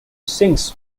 sings